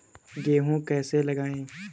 गेहूँ कैसे लगाएँ?